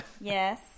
Yes